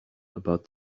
about